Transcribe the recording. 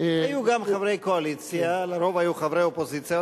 היו גם חברי קואליציה, ולרוב היו חברי אופוזיציה.